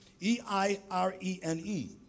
E-I-R-E-N-E